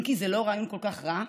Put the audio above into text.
אם כי זה לא רעיון כל כך רע,